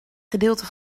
gedeelte